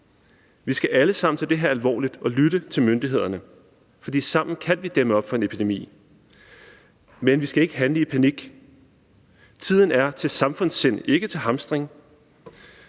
Vi skal alle sammen tage det her alvorligt og lytte til myndighederne, for sammen kan vi dæmme op for en epidemi. Men vi skal ikke handle i panik. Tiden er til samfundssind, ikke til hamstring.